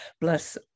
bless